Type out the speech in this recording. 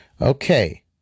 Okay